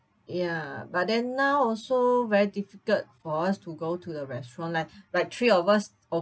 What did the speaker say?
ya but then now also very difficult for us to go to the restaurant like like three of us